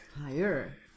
Higher